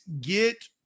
get